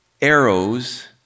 arrows